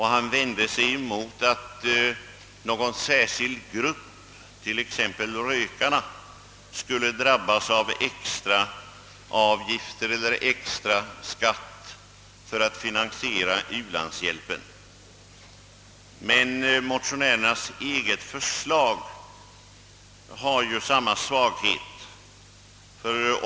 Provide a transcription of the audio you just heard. Han vände sig emot tanken att någon särskild grupp, t.ex. rökarna, skulle drabbas av extra avgifter eller särskilda skatter för att finansiera u-landshjälpen. Men motionärernas eget förslag har ju samma svaghet.